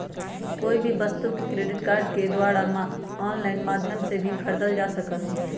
कोई भी वस्तु के क्रेडिट कार्ड के द्वारा आन्लाइन माध्यम से भी खरीदल जा सका हई